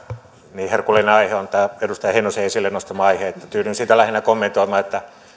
niin herkullinen aihe on tämä edustaja heinosen esille nostama aihe että tyydyn sitä lähinnä kommentoimaan että